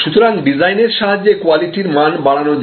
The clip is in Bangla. সুতরাং ডিজাইন এর সাহায্যে কোয়ালিটির মান বাড়ানো যায়